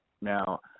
Now